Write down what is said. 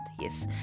Yes